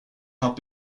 have